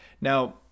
Now